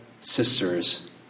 sisters